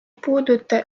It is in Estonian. puuduta